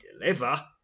deliver